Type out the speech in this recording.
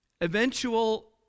eventual